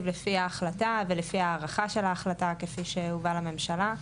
לפי ההחלטה וההארכה של ההחלטה כפי שהובאה לממשלה.